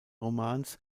romans